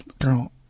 Girl